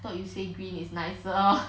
I thought you say green is nicer